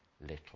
little